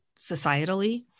societally